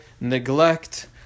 neglect